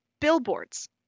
billboards